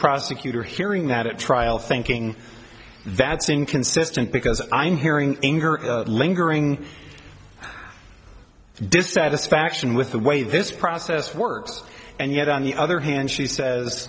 prosecutor hearing that at trial thinking that's inconsistent because i'm hearing anger lingering dissatisfaction with the way this process works and yet on the other hand she says